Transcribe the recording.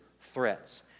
threats